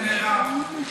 הינה מירב.